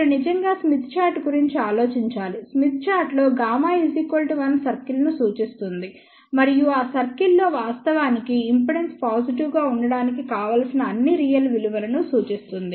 మీరు నిజంగా Smith chart గురించి ఆలోచించాలి స్మిత్ చార్ట్ లో గామా1 సర్కిల్ ను సూచిస్తుంది మరియు ఆ సర్కిల్లో వాస్తవానికి ఇంపిడెన్స్ పాజిటివ్ గా ఉండటానికి కావలసిన అన్ని రియల్ విలువలను సూచిస్తుంది